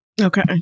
okay